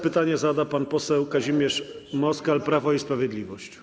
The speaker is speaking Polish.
Pytanie zada pan poseł Kazimierz Moskal, Prawo i Sprawiedliwość.